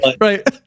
right